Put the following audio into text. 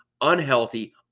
unhealthy